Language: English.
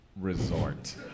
resort